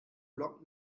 block